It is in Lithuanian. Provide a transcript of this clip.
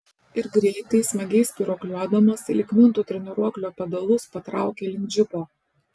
ir greitai smagiai spyruokliuodamas lyg mintų treniruoklio pedalus patraukė link džipo